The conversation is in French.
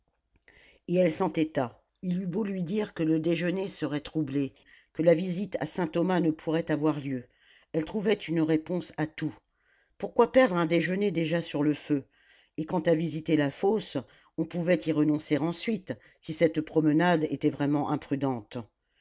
et elle s'entêta il eut beau lui dire que le déjeuner serait troublé que la visite à saint-thomas ne pourrait avoir lieu elle trouvait une réponse à tout pourquoi perdre un déjeuner déjà sur le feu et quant à visiter la fosse on pouvait y renoncer ensuite si cette promenade était vraiment imprudente